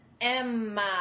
Emma